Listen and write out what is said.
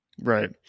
right